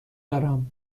دارم